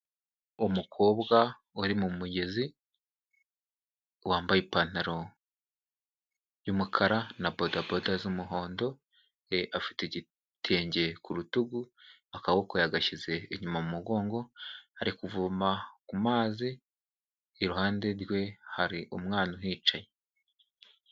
Umukobwa wari mu mugezi, wambaye ipantaro y'umukara na bodaboda z'umuhondo, afite igitenge ku rutugu akaboko yagashyize inyuma mu mugongo, ari kuvoma ku mazi, iruhande rwe hari umwana uhicaye.